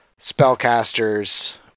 spellcasters